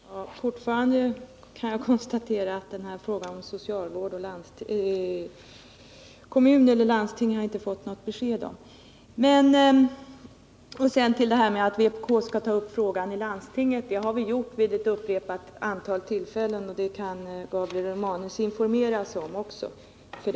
Herr talman! Fortfarande kan jag konstatera att jag inte fått något besked i frågan om ansvarsfördelningen mellan kommun och landsting. Vad sedan gäller uppmaningen till vpk att ta upp frågan i Stockholms läns landsting vill jag säga, att vi gjort detta vid ett antal tillfällen, vilket Gabriel Romanus också kan informera sig om.